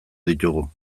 ditugu